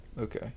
Okay